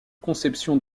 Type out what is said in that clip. conception